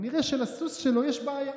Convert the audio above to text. כנראה לסוס שלו יש בעיה.